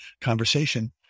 conversation